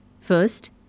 First